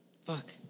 Fuck